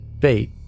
fate